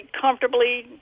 comfortably